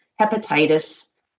hepatitis